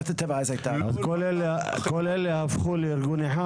כל אלה הפכו לארגון אחד?